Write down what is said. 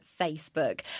Facebook